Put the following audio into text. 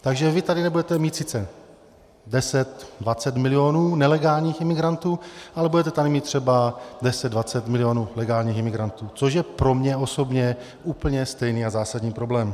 Takže vy tady nebudete mít sice deset dvacet milionů nelegálních imigrantů, ale budete tady mít třeba deset dvacet milionů legálních imigrantů, což je pro mě osobně úplně stejný a zásadní problém.